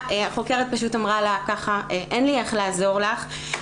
- החוקר אמרה לה שאין לה איך לעזור לה.